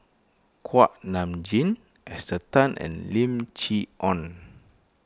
Kuak Nam Jin Esther Tan and Lim Chee Onn